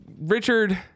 Richard